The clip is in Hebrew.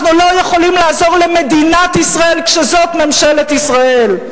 אנחנו לא יכולים לעזור למדינת ישראל כשזאת ממשלת ישראל.